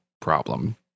problem